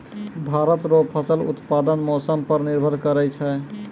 भारत रो फसल उत्पादन मौसम पर निर्भर करै छै